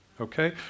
okay